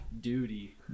Duty